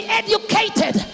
educated